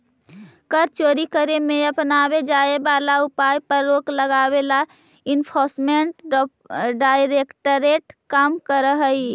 कर चोरी करे में अपनावे जाए वाला उपाय पर रोक लगावे ला एनफोर्समेंट डायरेक्टरेट काम करऽ हई